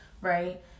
Right